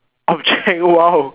object !wow!